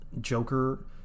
Joker